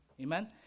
amen